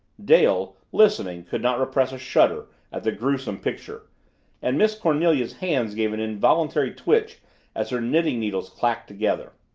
dale, listening, could not repress a shudder at the gruesome picture and miss cornelia's hands gave an involuntary twitch as her knitting needles clicked together.